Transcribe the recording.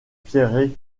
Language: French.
prieuré